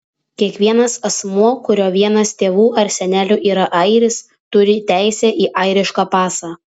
kiekvienas asmuo kurio vienas tėvų ar senelių yra airis turi teisę į airišką pasą